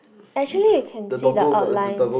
actually you can see the outline